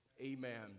Amen